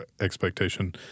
expectation